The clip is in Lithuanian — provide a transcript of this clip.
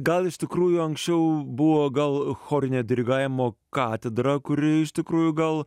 gal iš tikrųjų anksčiau buvo gal chorinio dirigavimo katedra kuri iš tikrųjų gal